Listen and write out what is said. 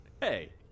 Hey